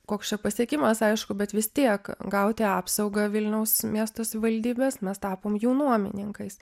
koks čia pasiekimas aišku bet vis tiek gauti apsaugą vilniaus miesto savivaldybės mes tapom jų nuomininkais